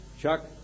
Chuck